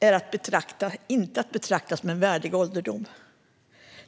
är inte att betrakta som en värdig ålderdom.